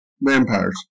Vampires